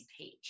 page